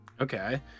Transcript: Okay